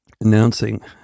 announcing